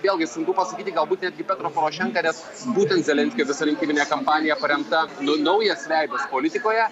vėlgi sunku pasakyti galbūt netgi petro porošenka nes būtent zelenskio visa rinkiminė kampanija paremta nu naujas veidas politikoje